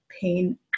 pain